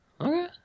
Okay